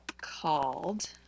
called